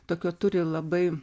tokio turi labai